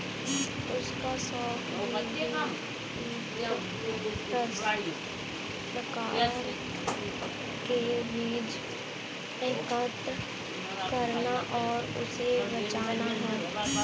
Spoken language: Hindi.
उसका शौक विभिन्न प्रकार के बीज एकत्र करना और उसे बचाना है